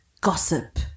gossip